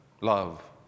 love